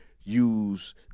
use